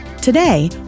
Today